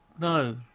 no